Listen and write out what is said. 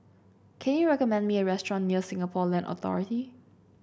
can you recommend me a restaurant near Singapore Land Authority